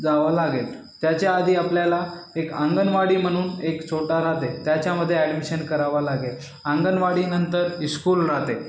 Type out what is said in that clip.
जावं लागेल त्याच्याआधी आपल्याला एक अंगणवाडी म्हणून एक छोटा राहते त्याच्यामध्ये ॲडमिशन करावं लागेल अंगणवाडीनंतर इस्कूल राहते